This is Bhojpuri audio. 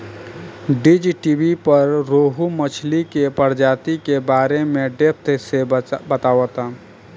बीज़टीवी पर रोहु मछली के प्रजाति के बारे में डेप्थ से बतावता